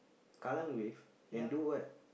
Kallang-Wave and do what